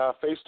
Face